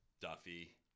Duffy